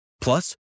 Plus